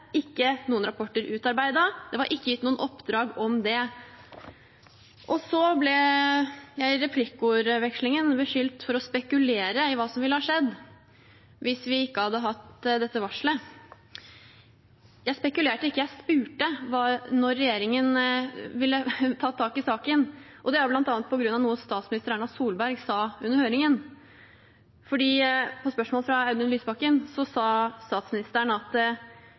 ikke utarbeidet noen rapporter. Det var ikke gitt noe oppdrag om det. Så ble jeg i replikkvekslingen beskyldt for å spekulere i hva som ville ha skjedd hvis vi ikke hadde hatt dette varselet. Jeg spekulerte ikke, jeg spurte om når regjeringen ville tatt tak i saken. Det er bl.a. på grunn av noe statsminister Erna Solberg sa under høringen, for på spørsmål fra Audun Lysbakken sa statsministeren